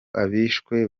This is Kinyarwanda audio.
abishwe